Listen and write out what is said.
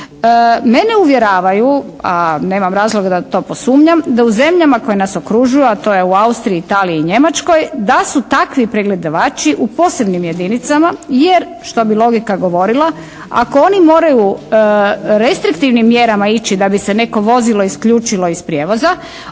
Mene uvjeravaju, a nemam razloga da to posumnjam, da u zemljama koje nas okružuju, a to je u Austriji, Italiji i Njemačkoj da su takvi pregledavači u posebnim jedinicama, jer što bi logika govorila ako oni moraju restriktivnim mjerama ići da bi se neko vozilo isključilo iz prijevoza